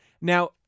Now